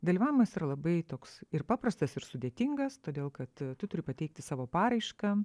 dalyvavimas yra labai toks ir paprastas ir sudėtingas todėl kad tu turi pateikti savo paraišką